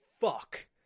fuck